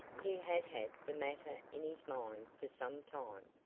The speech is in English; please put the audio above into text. he had had the matter in his mind for some time.